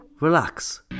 Relax